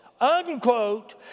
unquote